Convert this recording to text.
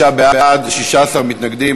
36 בעד, 16 מתנגדים.